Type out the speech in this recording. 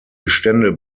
bestände